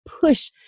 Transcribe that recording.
push